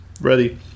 ready